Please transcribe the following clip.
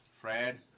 Fred